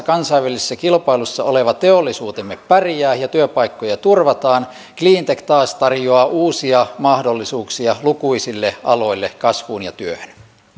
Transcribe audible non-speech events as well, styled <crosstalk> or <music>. <unintelligible> kansainvälisessä kilpailussa oleva teollisuutemme pärjää ja työpaikkoja turvataan cleantech taas tarjoaa uusia mahdollisuuksia lukuisille aloille kasvuun ja työhön